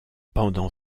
pendant